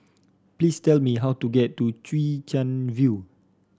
please tell me how to get to Chwee Chian View